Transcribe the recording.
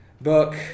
book